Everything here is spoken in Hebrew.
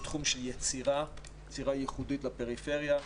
לתחום של יצירה ייחודית לפריפריה,